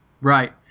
Right